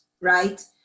right